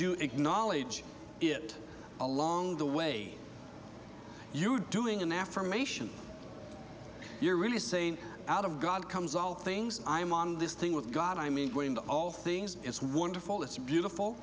you acknowledge it along the way you doing an affirmation you're really saying out of god comes all things i'm on this thing with god i mean going to all things it's wonderful it's beautiful